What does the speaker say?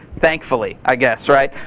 thankfully i guess right,